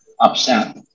upset